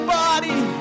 body